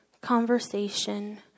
conversation